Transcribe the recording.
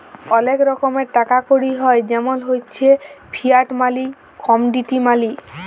ওলেক রকমের টাকা কড়ি হ্য় জেমল হচ্যে ফিয়াট মালি, কমডিটি মালি